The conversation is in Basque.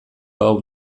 hau